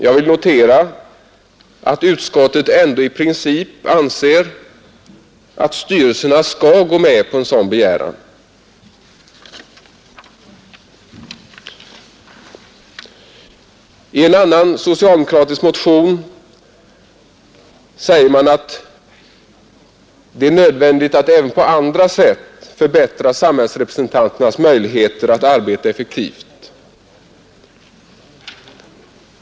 Jag vill notera att utskottet ändå i princip anser att styrelserna skall gå med på en sådan begäran. I en annan socialdemokratisk motion säger man att det är nödvändigt att även på andra sätt förbättra samhällsrepresentanternas möjligheter att arbeta effektivt.